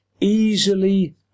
easily